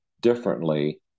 differently